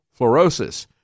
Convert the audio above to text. fluorosis